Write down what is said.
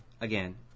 again